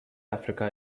africa